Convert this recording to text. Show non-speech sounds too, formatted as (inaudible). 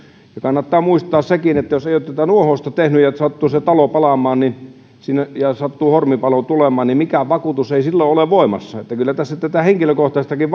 kannattaa muistaa sekin että jos ei ole tätä nuohousta tehnyt ja sattuu se talo palamaan ja sattuu hormipalo tulemaan niin mikään vakuutus ei silloin ole voimassa kyllä tässä tätä henkilökohtaistakin (unintelligible)